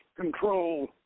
control